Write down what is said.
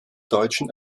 deutschen